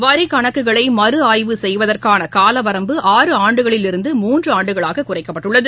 வரி கணக்குகளை மறு ஆய்வு செய்வதற்கான காலவரம்பு ஆறு ஆண்டுகளிலிருந்து மூன்று ஆண்டுகளாக குறைக்கப்பட்டுள்ளது